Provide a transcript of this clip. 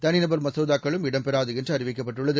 தனிநபர் மசோதாக்களும் இடம் பெறாதுஎன்றுஅறிவிக்கப்பட்டுள்ளது